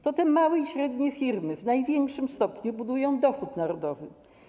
To te małe i średnie firmy w największym stopniu budują dochód narodowy.